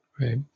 Right